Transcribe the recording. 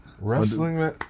Wrestling